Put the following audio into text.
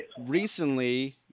recently